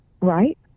Right